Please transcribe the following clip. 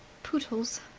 pootles!